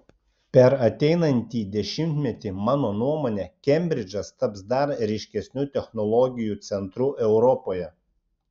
per ateinantį dešimtmetį mano nuomone kembridžas taps dar ryškesniu technologijų centru europoje